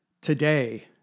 today